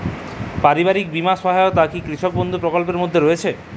পারিবারিক বীমা সহায়তা কি কৃষক বন্ধু প্রকল্পের মধ্যে রয়েছে?